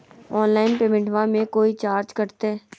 Online पेमेंटबां मे कोइ चार्ज कटते?